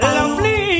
Lovely